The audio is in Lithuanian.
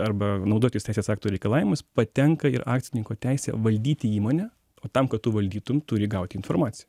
arba naudotis teisės aktų reikalavimus patenka ir akcininko teisė valdyti įmonę o tam kad tu valdytum turi gauti informaci